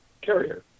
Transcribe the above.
carrier